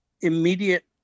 immediate